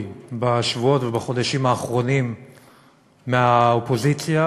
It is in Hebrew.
בשבועות ובחודשים האחרונים מהאופוזיציה,